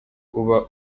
uba